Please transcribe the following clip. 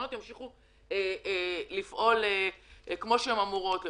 שהקרנות ימשיכו לפעול כמו שהן אמורות.